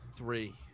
Three